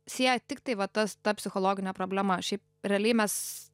sieja tiktai va tas ta psichologinė problema šiaip realiai mes